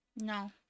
No